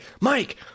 mike